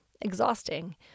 exhausting